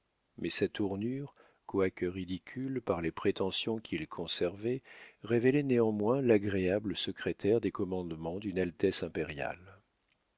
mais sa tournure quoique ridicule par les prétentions qu'il conservait révélait néanmoins l'agréable secrétaire des commandements d'une altesse impériale